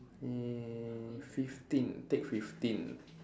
err fifteen take fifteen